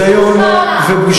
זה פשוט ביזיון ובושה.